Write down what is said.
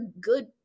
good